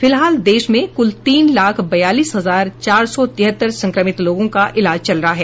फिलहाल देश में कुल तीन लाख बयालीस हजार चार सौ तिहत्तर संक्रमित लोगों का इलाज चल रहा है